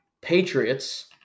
Patriots